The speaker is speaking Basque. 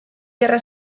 gerra